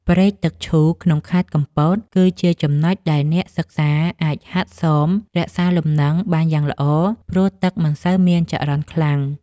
ព្រែកទឹកឈូក្នុងខេត្តកំពត គឺជាចំណុចដែលអ្នកសិក្សាអាចហាត់សមរក្សាលំនឹងបានយ៉ាងល្អ ព្រោះទឹកមិនសូវមានចរន្តខ្លាំង។